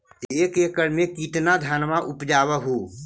एक एकड़ मे कितना धनमा उपजा हू?